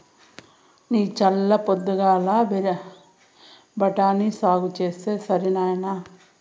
నీ చల్ల పొద్దుగాల బఠాని సాగు చేస్తే సరి నాయినా